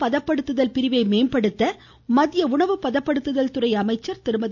பதப்படுத்துதல் பிரிவை மேம்படுத்த மத்திய உணவுப் பதப்படுத்துதல் துறை அமைச்சர் திருமதி